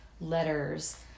letters